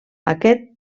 aquest